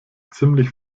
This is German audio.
ziemlich